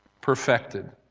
perfected